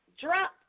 drop